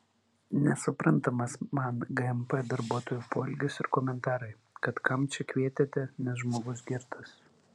nesuprantamas man gmp darbuotojų poelgis ir komentarai kad kam čia kvietėte nes žmogus girtas